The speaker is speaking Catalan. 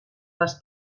les